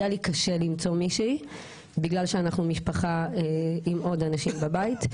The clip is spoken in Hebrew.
היה לי קשה למצוא מישהי בגלל שאנחנו משפחה עם עוד אנשים בבית.